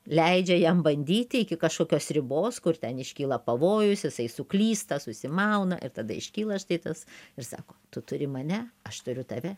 leidžia jam bandyti iki kažkokios ribos kur ten iškyla pavojus jisai suklysta susimauna ir tada iškyla štai tas ir sako tu turi mane aš turiu tave